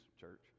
church